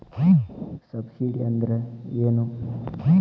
Subsidy ಅಂದ್ರೆ ಏನು?